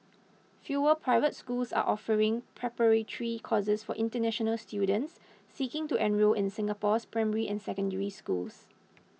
fewer private schools are offering preparatory courses for international students seeking to enrol in Singapore's primary and Secondary Schools